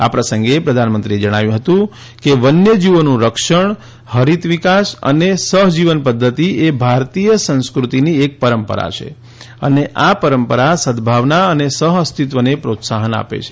આ પ્રસંગે પ્રધાનમંત્રીએ જણાવ્યું હતું કે વન્યજીવોનું રક્ષણ હરિત વિકાસ અને સહજીવન પદ્ધતિ એ ભારતીય સંસ્ક્રૃતિની એક પરંપરા છે અને આ પરંપરા સદભાવના અને સહઅસ્તીત્વને પ્રોત્સાહન આપે છે